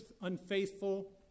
unfaithful